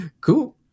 cool